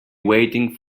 waiting